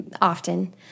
often